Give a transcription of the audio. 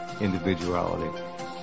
individuality